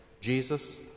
Jesus